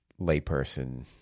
layperson